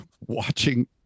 watching